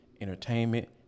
entertainment